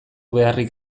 beharrik